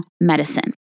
medicine